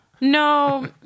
No